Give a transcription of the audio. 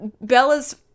Bella's